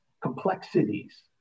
complexities